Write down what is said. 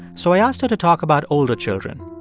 so i asked her to talk about older children.